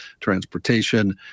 transportation